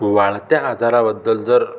वाढत्या आजाराबद्दल जर